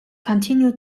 continue